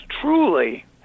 truly